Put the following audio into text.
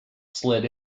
slid